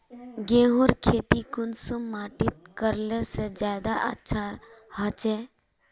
गेहूँर खेती कुंसम माटित करले से ज्यादा अच्छा हाचे?